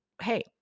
Hey